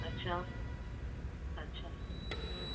अच्छा अच्छा हूं